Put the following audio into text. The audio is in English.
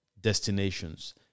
destinations